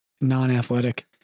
non-athletic